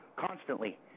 Constantly